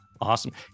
Awesome